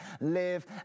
live